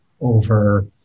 over